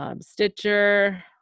Stitcher